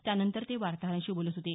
त्यानंतर ते वार्ताहरांशी बोलत होते